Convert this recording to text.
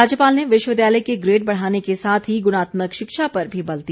राज्यपाल ने विश्वविद्यालय के ग्रेड बढ़ाने के साथ ही गुणात्मक शिक्षा पर भी बल दिया